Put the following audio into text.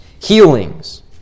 healings